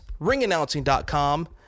Ringannouncing.com